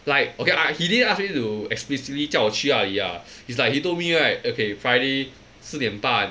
like okay ah he didn't ask me to explicitly 叫我去那里 ah it's like he told me right okay friday 四点半